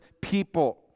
people